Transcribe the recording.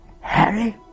Harry